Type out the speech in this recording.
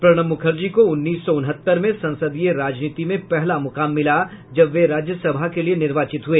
प्रणब मुखर्जी को उन्नीस सौ उनहत्तर में संसदीय राजनीति में पहला मुकाम मिला जब वे राज्यसभा के लिये निर्वाचित हुए